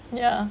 ya